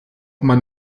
man